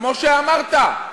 כמו שאמרת,